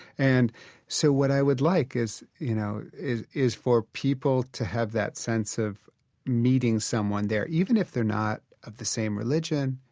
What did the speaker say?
and so what i would like, you know, is is for people to have that sense of meeting someone there, even if they're not of the same religion,